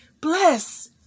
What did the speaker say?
bless